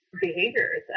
behaviors